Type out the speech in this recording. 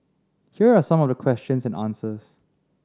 here are some of the questions and answers